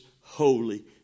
holy